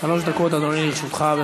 שלוש דקות לרשותך, אדוני.